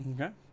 Okay